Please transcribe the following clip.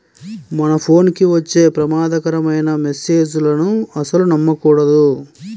మన ఫోన్ కి వచ్చే ప్రమాదకరమైన మెస్సేజులను అస్సలు నమ్మకూడదు